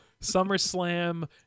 SummerSlam